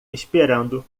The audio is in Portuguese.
esperando